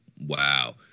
wow